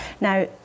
Now